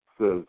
says